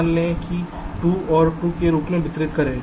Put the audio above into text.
मान लें कि 2 और 2 के रूप में वितरित करें